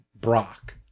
Brock